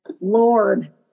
lord